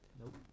Nope